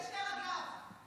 גם מאבד את שתי רגליו.